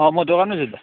अँ म दोकानमै छु त